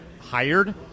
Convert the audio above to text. hired